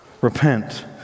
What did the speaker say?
Repent